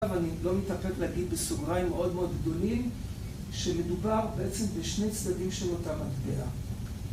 ‫עכשיו אני לא מתאפק להגיד ‫בסוגריים מאוד מאוד גדולים, ‫שמדובר בעצם בשני צדדים ‫של אותה מטבע